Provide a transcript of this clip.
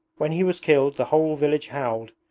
when he was killed the whole village howled.